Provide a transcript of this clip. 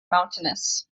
mountainous